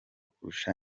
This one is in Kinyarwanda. kurusha